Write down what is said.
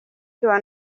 kwiba